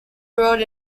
road